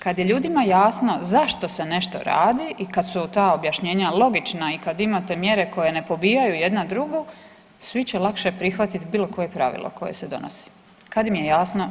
Kada je ljudima jasno zašto se nešto radi i kada su ta objašnjenja logična i kad imate mjere koje ne pobijaju jedna drugu, svi će lakše prihvatit bilo koje pravilo koje se donosi, kad im je jasno zašto.